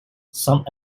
some